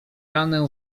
ranę